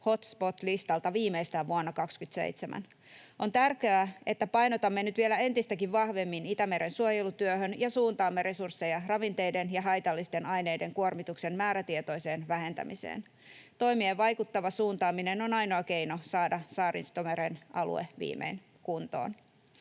hotspot-listalta viimeistään vuonna 27. On tärkeää, että painotamme nyt vielä entistäkin vahvemmin Itämeren suojelutyöhön ja suuntaamme resursseja ravinteiden ja haitallisten aineiden kuormituksen määrätietoiseen vähentämiseen. Toimien vaikuttava suuntaaminen on ainoa keino saada Saaristomeren alue viimein kuntoon.